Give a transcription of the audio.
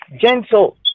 gentle